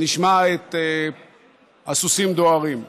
נשמע את הסוסים דוהרים.